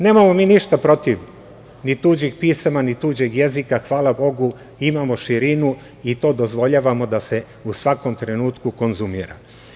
Nemamo mi ništa protiv ni tuđih pisama, ni tuđeg jezika, hvala Bogu imamo širinu i to dozvoljavamo da se u svakom trenutku konzumira.